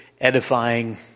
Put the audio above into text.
edifying